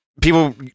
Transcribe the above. people